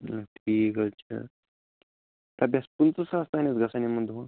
ٹھیٖک حظ چھُ رۄپیس پٕنٛژٕہ ساس تانۍ حظ گَژھَن یِمن دۄہن